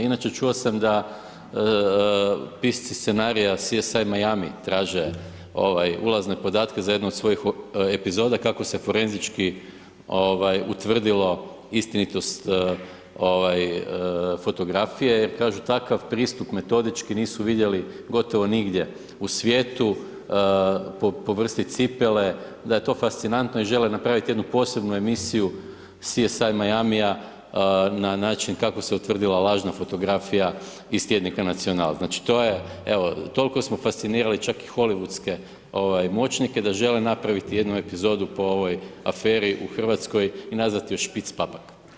Inače, čuo sam da pisci scenarija CSI Miami traže ovaj, ulazne podatke za jednu od svojih epizoda kako se forenzički utvrdilo istinitost fotografije jer kažu takav pristup metodički nisu vidjeli gotovo nigdje u svijetu po vrsti cipele, da je to fascinantno i žele napraviti jednu posebnu emisiju CSI Miami-ja na način kako se utvrdila lažna fotografija iz tjednika Nacional, znači to je, evo, toliko smo fascinirali čak i hollywoodske ovaj, moćnike da žele napraviti jednu epizodu po ovoj aferi u Hrvatskoj i nazvati ju špic papak.